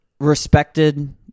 respected